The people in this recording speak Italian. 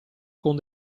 con